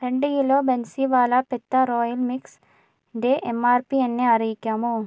രണ്ട് kilo Bansiwala petha royal മിക്സിന്റെ M R P എന്നെ അറിയിക്കാമോ